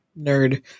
nerd